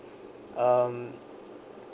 um